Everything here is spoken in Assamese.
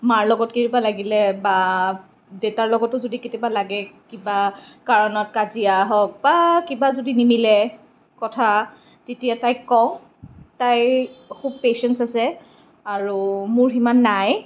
মাৰ লগত কিবা লাগিলে বা দেউতাৰ লগতো যদি কেতিয়াবা লাগে কিবা কাৰণত কাজিয়া হওক বা কিবা যদি নিমিলে কথা তেতিয়া তাইক কওঁ তাইৰ খুব পেচেণ্টচ আছে আৰু মোৰ সিমান নাই